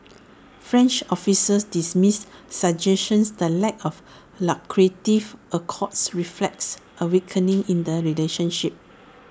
French officials dismiss suggestions the lack of lucrative accords reflects A weakening in the relationship